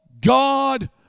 God